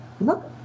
Look